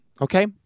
Okay